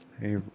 Hey